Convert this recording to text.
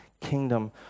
kingdom